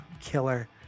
killer